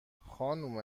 خانم